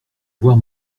voir